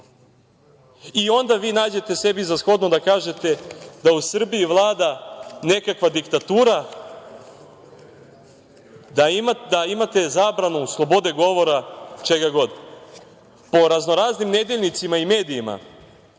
Onda vi nađete za shodno da kažete da u Srbiji vlada nekakva diktatura, da imate zabranu slobode govora, čega god. Po raznoraznim nedeljnicima i medijima